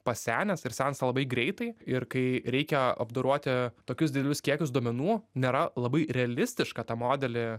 pasenęs ir sensta labai greitai ir kai reikia apdoroti tokius didelius kiekius duomenų nėra labai realistiška tą modelį